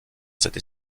cette